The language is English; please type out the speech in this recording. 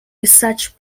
research